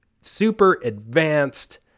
super-advanced